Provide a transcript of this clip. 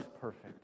perfect